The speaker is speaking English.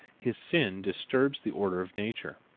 his sin disturbs the order of nature.